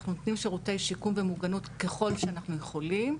אנחנו נותנים שירותי שיקום ומוגנות ככל שאנחנו יכולים,